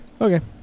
Okay